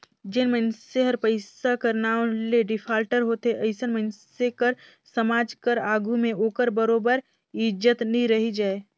जेन मइनसे हर पइसा कर नांव ले डिफाल्टर होथे अइसन मइनसे कर समाज कर आघु में ओकर बरोबेर इज्जत नी रहि जाए